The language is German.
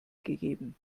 gegeben